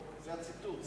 זה הציטוט,